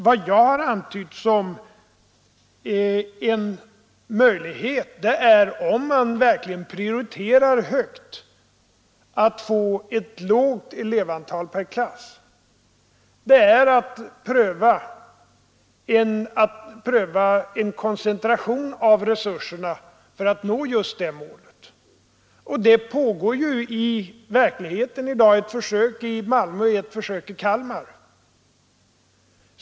Vad jag har antytt som en möjlighet, om man verkligen prioriterar högt att vi skall få ett lågt elevantal per klass, är att pröva en koncentration av resurserna för att nå just det målet. Det pågår ju faktiskt i dag ett försök i Malmö och ett försök i Kalmar.